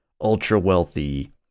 ultra-wealthy